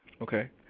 Okay